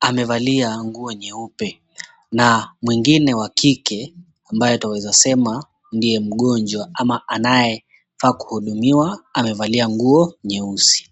amevalia nguo nyeupe. Na mwingine wa kike, ambaye twaweza sema ndiye mgonjwa ama anayefaa kuhudumiwa, amevalia nguo nyeusi.